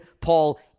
Paul